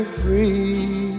free